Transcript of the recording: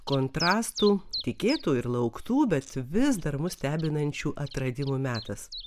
kontrastų tikėtų ir lauktų bet vis dar mus stebinančių atradimų metas